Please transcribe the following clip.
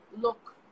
look